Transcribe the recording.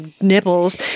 nipples